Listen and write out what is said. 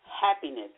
happiness